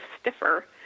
stiffer